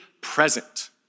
present